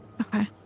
Okay